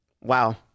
wow